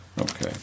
Okay